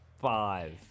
Five